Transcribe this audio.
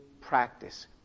practice